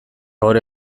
gaur